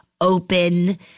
open